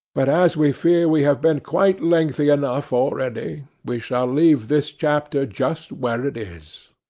but, as we fear we have been quite lengthy enough already, we shall leave this chapter just where it is.